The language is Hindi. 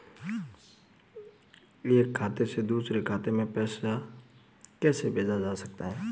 एक खाते से दूसरे खाते में पैसा कैसे भेजा जा सकता है?